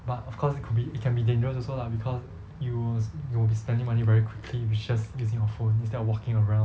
but of course it could be it can be dangerous also lah because it was you will be spending money very quickly which is just using your phone instead of walking around